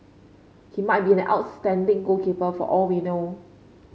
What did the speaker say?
he might be an outstanding goalkeeper for all we know